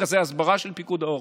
מרכזי ההסברה של פיקוד העורף,